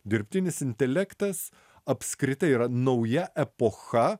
dirbtinis intelektas apskritai yra nauja epocha